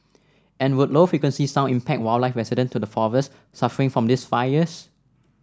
and would low frequency sound impact wildlife resident to the forests suffering from these fires